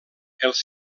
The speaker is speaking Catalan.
els